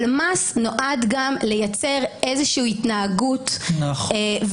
אבל מס נועד גם לייצר איזושהי התנהגות -- נכון.